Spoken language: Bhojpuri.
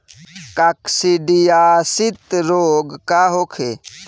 काकसिडियासित रोग का होखे?